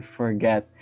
forget